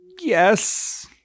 Yes